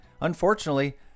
Unfortunately